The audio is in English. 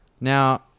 Now